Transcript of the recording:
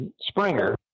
Springer